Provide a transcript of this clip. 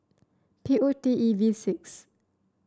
P O T E V six